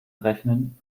rechnen